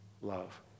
love